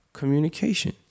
communication